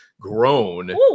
grown